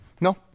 No